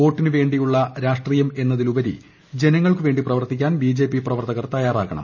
വോട്ടിനുവേണ്ടിയുള്ള രാഷ്ട്രീയം എന്നതിലുപരി ജനങ്ങൾക്കുവേണ്ടി പ്രവർത്തിക്കാൻ ബി ജെ പി പ്രവർത്തകർ തയ്യാറാകണം